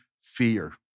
fear